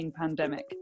pandemic